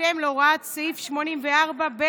בהתאם להוראות סעיף 84(ב)